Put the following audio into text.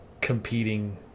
competing